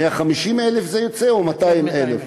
150,000 זה יוצא, או 200,000?